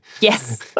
Yes